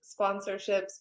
sponsorships